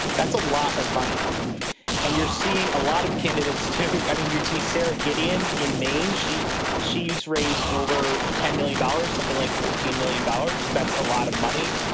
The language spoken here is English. that's a lot of money and you're seeing a lot of candidates, too. i mean, you see sarah gideon in maine. she's she's raised over ten million dollars, something like forty million dollars. that's a lot of money